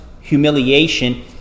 humiliation